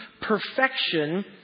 perfection